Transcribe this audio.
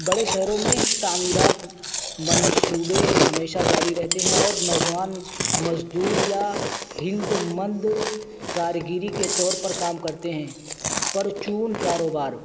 بڑے شہروں میں تعمیرات منصوبے ہمیشہ جاری رہتے ہیں اور نوجوان مزدور یا ہنر مند کاریگری کے طور پر کام کرتے ہیں پرچون کاروبار